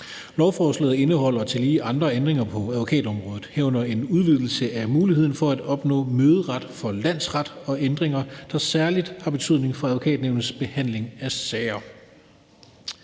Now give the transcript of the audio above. Lovforslaget indeholder tillige andre ændringer på advokatområdet, herunder en udvidelse af muligheden for at opnå møderet for landsret og ændringer, der særlig har betydning for Advokatnævnets behandling af sager.